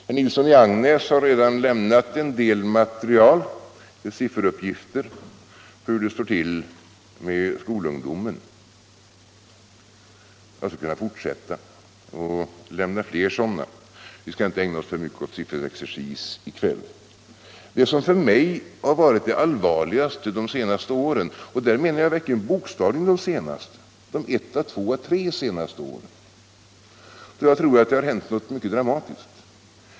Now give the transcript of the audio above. Herr Nilsson i Agnäs har redan lämnat en del material med sifferuppgifter beträffande skolungdomen. Jag skulle kunna fortsätta att lämna material. Men vi skall inte ägna oss åt för mycket sifferexercis i kväll. Det för mig allvarligaste de senaste åren — och där menar jag verkligen bokstavligen de senaste åren — är att det har hänt något mycket dramatiskt.